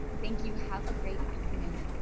thank you. have a great afternoon.